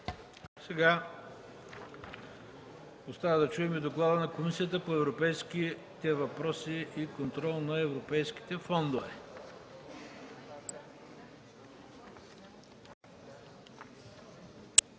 остана да чуем становището на Комисията по европейските въпроси и контрол на европейските фондове,